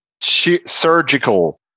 surgical